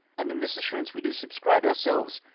and in this assurance we do subscribe ourselves,